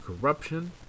corruption